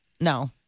No